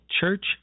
church